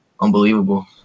unbelievable